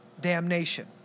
damnation